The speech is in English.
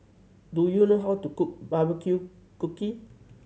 do you know how to cook barbecue cookie